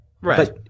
right